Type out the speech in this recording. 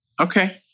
Okay